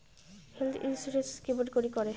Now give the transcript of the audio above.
Health insurance কেমন করি করে?